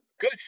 good